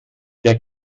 der